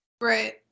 right